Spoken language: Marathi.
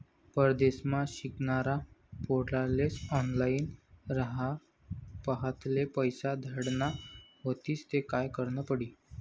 परदेसमा शिकनारा पोर्यास्ले ऑनलाईन रातपहाटले पैसा धाडना व्हतीन ते काय करनं पडी